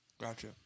gotcha